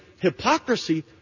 hypocrisy